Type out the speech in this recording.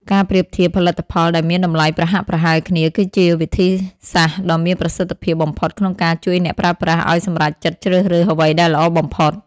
ការប្រៀបធៀបផលិតផលដែលមានតម្លៃប្រហាក់ប្រហែលគ្នា គឺជាវិធីសាស្ត្រដ៏មានប្រសិទ្ធភាពបំផុតក្នុងការជួយអ្នកប្រើប្រាស់ឱ្យសម្រេចចិត្តជ្រើសរើសអ្វីដែលល្អបំផុត។